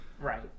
Right